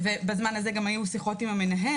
ובזמן הזה גם היו שיחות עם המנהל,